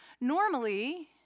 Normally